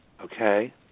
okay